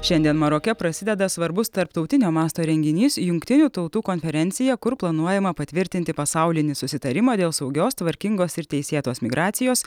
šiandien maroke prasideda svarbus tarptautinio masto renginys jungtinių tautų konferencija kur planuojama patvirtinti pasaulinį susitarimą dėl saugios tvarkingos ir teisėtos migracijos